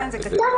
בטח שכן,